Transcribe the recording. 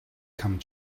come